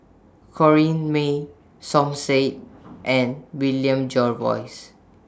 Corrinne May Som Said and William Jervois